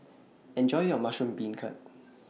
Enjoy your Mushroom Beancurd